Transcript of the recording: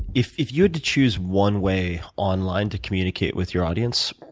if if you had to choose one way online to communicate with your audience,